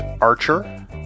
Archer